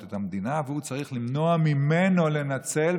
את המדינה והוא צריך למנוע ממנו לנצל,